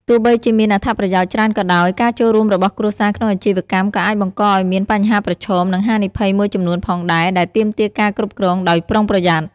ទោះបីជាមានអត្ថប្រយោជន៍ច្រើនក៏ដោយ ការចូលរួមរបស់គ្រួសារក្នុងអាជីវកម្មក៏អាចបង្កឲ្យមានបញ្ហាប្រឈម និងហានិភ័យមួយចំនួនផងដែរ ដែលទាមទារការគ្រប់គ្រងដោយប្រុងប្រយ័ត្ន។